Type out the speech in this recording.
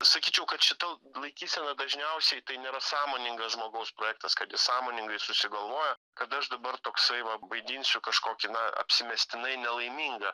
sakyčiau kad šita laikysena dažniausiai tai nėra sąmoningas žmogaus projektas kad jis sąmoningai susigalvoja kad aš dabar toks va vaidinsiu kažkokį na apsimestinai nelaimingą